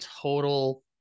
total